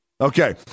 okay